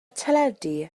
teledu